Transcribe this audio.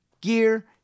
gear